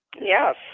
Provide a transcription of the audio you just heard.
Yes